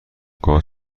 گاز